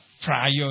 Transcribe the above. prior